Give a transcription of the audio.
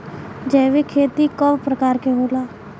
जैविक खेती कव प्रकार के होला?